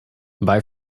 bye